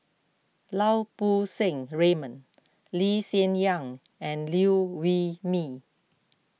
Lau Poo Seng Raymond Lee Hsien Yang and Liew Wee Mee